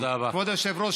תודה רבה.